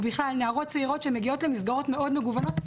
ובכלל נערות צעירות שמגיעות למסגרות מאוד מגוונות.